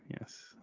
yes